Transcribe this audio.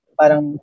parang